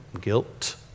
guilt